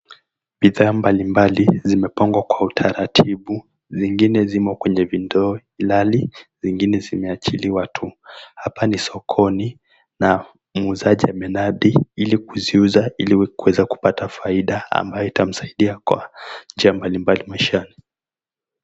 Bidhaa mbalimbali zimepangwa kwa utataratibu, zingine vimo kwenye ndoo ilhali zingine zimeachiliwa tu. Hapa ni sokoni na muuzaji amenadi ilikuziuza ili aweze kupata faida ambayo itamsaidia kwa njia mbalimbali maishani.